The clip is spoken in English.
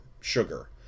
sugar